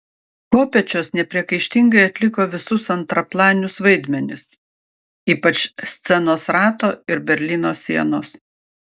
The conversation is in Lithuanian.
kopėčios nepriekaištingai atliko visus antraplanius vaidmenis ypač scenos rato ir berlyno sienos